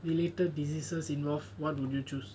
related diseases involved then what would you choose